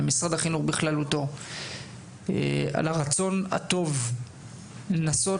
למשרד החינוך בכללותו על הרצון הטוב לנסות